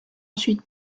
ensuite